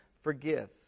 forgive